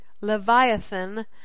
Leviathan